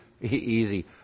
easy